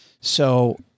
So-